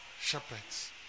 shepherds